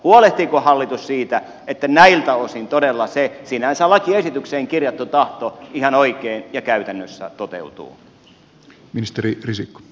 huolehtiiko hallitus siitä että näiltä osin todella se sinänsä lakiesitykseen kirjattu tahto ihan oikein ja käytännössä toteutuu